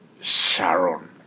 Sharon